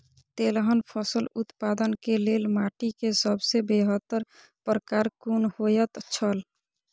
तेलहन फसल उत्पादन के लेल माटी के सबसे बेहतर प्रकार कुन होएत छल?